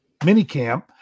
minicamp